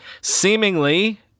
seemingly